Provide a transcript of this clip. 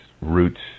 roots